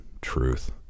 truth